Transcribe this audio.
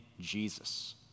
Jesus